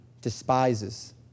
despises